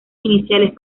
iniciales